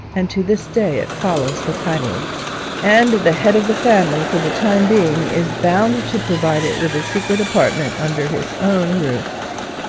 and to this day it follows the title and the head of the family for the time being is bound to provide it with a secret apartment under his own roof.